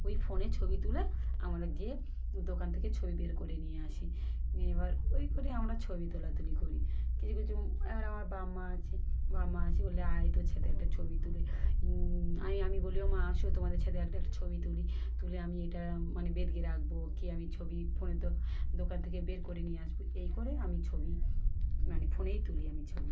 ওই ফোনে ছবি তুলে আমরা গিয়ে দোকান থেকে ছবি বের করে নিয়ে আসি নিয়ে এবার ওই করে আমরা ছবি তোলাতুলি করি কিছু কিছু এবার আমার বা্বা মা আছে বাবা মা আছে বলে আয় তোর সাথে একটা ছবি তুলি আমি বলি ও মা আসো তোমাদের সাথে একটা একটা ছবি তুলি তুলে আমি এটা মানে বাঁধিয়ে রাখব কি আমি ছবি ফোনে তো দোকান থেকে বের করে নিয়ে আসব এই করে আমি ছবি মানে ফোনেই তুলি আমি ছবি